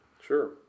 Sure